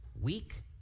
weak